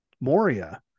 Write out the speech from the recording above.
Moria